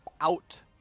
out